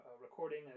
recording